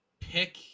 pick